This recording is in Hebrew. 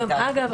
אגב,